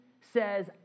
says